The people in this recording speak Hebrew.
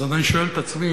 אז אני שואל את עצמי,